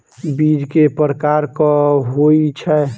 बीज केँ प्रकार कऽ होइ छै?